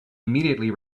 immediately